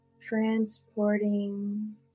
transporting